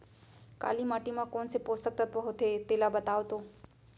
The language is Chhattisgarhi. काली माटी म कोन से पोसक तत्व होथे तेला बताओ तो?